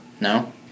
No